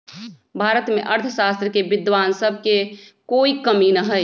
भारत में अर्थशास्त्र के विद्वान सब के कोई कमी न हई